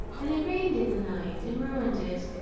and it rained in the night, and ruined it.